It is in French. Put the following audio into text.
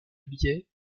billet